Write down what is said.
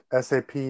sap